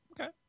Okay